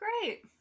Great